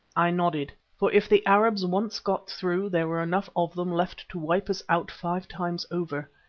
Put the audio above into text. i nodded, for if the arabs once got through, there were enough of them left to wipe us out five times over.